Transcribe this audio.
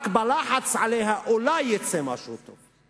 רק בלחץ עליה אולי יצא משהו טוב.